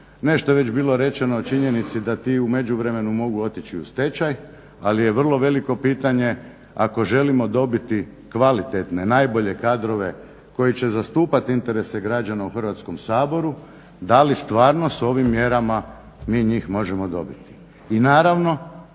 Nešto je već bilo rečeno o činjenici da ti u međuvremenu mogu otići u stečaj, ali je vrlo veliko pitanje ako želimo dobiti kvalitetne, najbolje kadrove koji će zastupati interese građana u Hrvatskom saboru da li stvarno s ovim mjerama mi njih možemo dobiti.